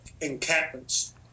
encampments